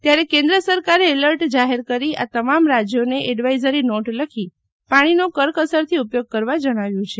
ત્યારે કેન્દ્ર સરકારે એલર્ટ જાહેર કરી આ તમામ રાજ્યોને એડવાઇઝરી નોટ લખી પાણીનો કરકસર થી ઉપયોગ કરવા જણાવ્યું છે